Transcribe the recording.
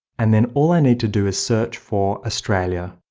and then all i need to do is search for australia.